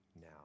now